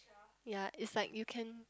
ya it's like you can